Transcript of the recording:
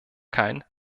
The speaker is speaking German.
kein